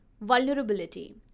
Vulnerability